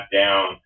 down